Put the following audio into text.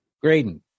Graydon